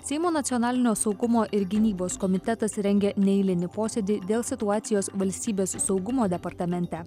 seimo nacionalinio saugumo ir gynybos komitetas rengia neeilinį posėdį dėl situacijos valstybės saugumo departamente